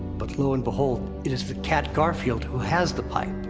but lo and behold, it is the cat, garfield, who has the pipe.